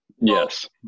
Yes